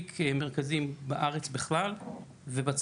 את ועוד הורים רבים אומרים בדיוק את מה שאת אומרת,